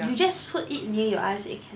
you just put it near your eyes it can